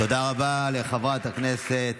תודה רבה לחברת הכנסת